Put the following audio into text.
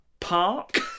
park